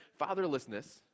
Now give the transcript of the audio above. fatherlessness